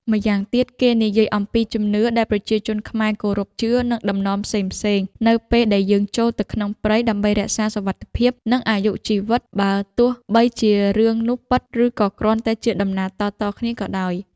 ម្យ៉ាងទៀត គេនិយាយអំពី ជំនឿដែលប្រជាជនខ្មែរ គោរព ជឿ និងតំណមផ្សេងៗ នៅពេលដែលយើងចូលទៅក្នុងព្រៃ ដើម្បីរក្សាសុវត្តិភាព និងអាយុជីវិតបើទោះបីជារឿងនោះពិត ឫក៏គ្រាន់តែជាតំណាលតៗគ្នាក៏ដោយ។